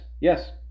yes